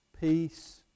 peace